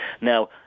Now